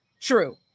true